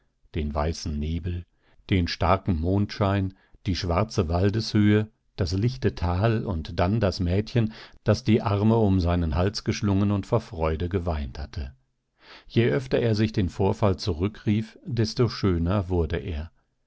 den weißen nebel den starken mondschein die schwarze waldeshöhe das lichte tal und dann das mädchen das die arme um seinen hals geschlungen und vor freude geweint hatte je öfter er sich den vorfall zurückrief desto schöner wurde er